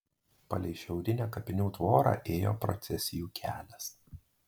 palei šiaurinę kapinių tvorą ėjo procesijų kelias